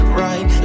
right